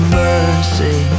mercy